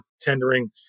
tendering